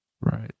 Right